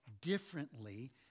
differently